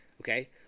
Okay